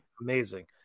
amazing